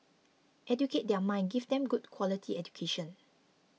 educate their mind give them good quality education